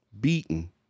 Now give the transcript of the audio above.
beaten